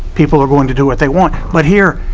people are going to do what they want. but here,